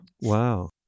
Wow